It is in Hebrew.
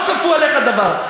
לא כפו עליך דבר.